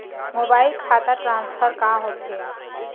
Mobile खाता transfer का होथे?